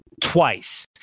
twice